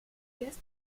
guest